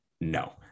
no